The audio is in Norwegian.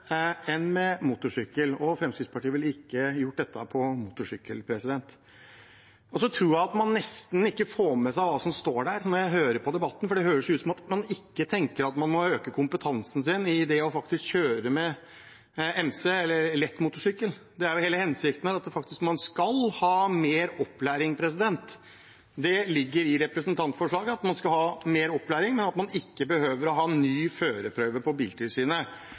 motorsykkel, og Fremskrittspartiet ville ikke gjort dette gjeldende for motorsykkel. Så tror jeg, når jeg hører på debatten, at man nesten ikke får med seg det som står, for det høres jo ut som om man ikke tenker at man må øke kompetansen i det å faktisk kjøre MC eller lett motorsykkel. Det er jo hele hensikten med dette, at man faktisk skal ha mer opplæring. Det ligger i representantforslaget at man skal ha mer opplæring, men at man ikke behøver å ta ny førerprøve hos Biltilsynet.